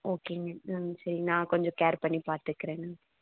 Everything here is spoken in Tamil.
ஓகேங்க ம் நான் கொஞ்சம் கேர் பண்ணி பார்த்துக்குறேங்க